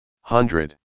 Hundred